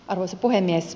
arvoisa puhemies